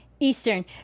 Eastern